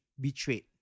betrayed